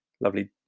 Lovely